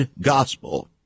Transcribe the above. gospel